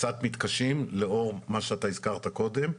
קצת מתקשים לאור מה שאתה הזכרת קודם.